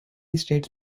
states